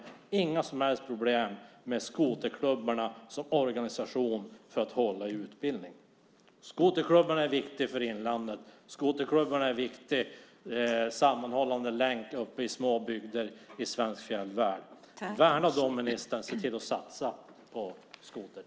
Det var inga som helst problem med skoterklubbarna som organisation för att hålla i utbildningen. Skoterklubbarna är viktiga för inlandet. Skoterklubbarna är en viktig sammanhållande länk uppe i små bygder i svensk fjällvärd. Värna dem, ministern, och se till att satsa på skotern!